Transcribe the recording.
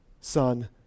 son